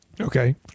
Okay